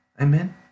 Amen